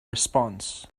response